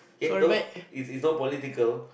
yeah door it's it's not political